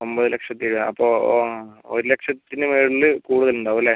ഒൻപത് ലക്ഷത്തി വരും അപ്പം ആ ഒരു ലക്ഷത്തിന് മേളിൽ കൂടുതൽ ഉണ്ടാവും അല്ലേ